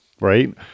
right